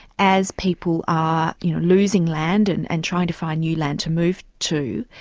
as people are you know losing land and and trying to find new land to move to,